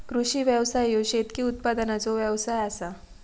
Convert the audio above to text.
कृषी व्यवसाय ह्यो शेतकी उत्पादनाचो व्यवसाय आसा